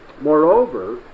Moreover